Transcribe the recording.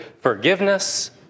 forgiveness